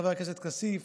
חבר הכנסת כסיף,